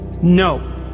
No